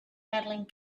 medaling